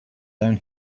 down